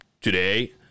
today